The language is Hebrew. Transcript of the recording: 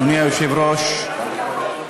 אדוני היושב-ראש,